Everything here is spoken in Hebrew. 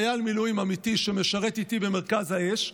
חייל מילואים אמיתי שמשרת איתי במרכז האש,